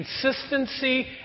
consistency